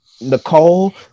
Nicole